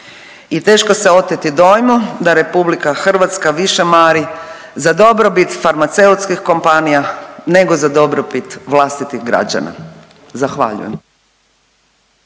i teško se oteti dojmu da RH više mari za dobrobit farmaceutskih kompanija nego za dobrobit vlastitih građana. Zahvaljujem.